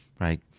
right